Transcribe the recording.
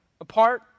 apart